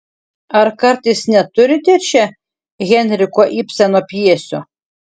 ar kartais neturite čia henriko ibseno pjesių